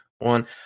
one